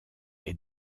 est